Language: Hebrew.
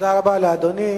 תודה רבה לאדוני.